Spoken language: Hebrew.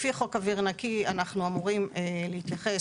לפי חוק אוויר נקי אנחנו אמורים להתייחס